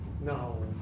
No